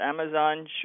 Amazon